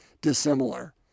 dissimilar